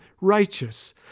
righteous